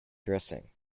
dressing